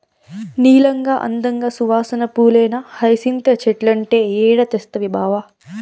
నీలంగా, అందంగా, సువాసన పూలేనా హైసింత చెట్లంటే ఏడ తెస్తవి బావా